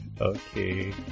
Okay